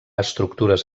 estructures